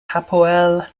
hapoel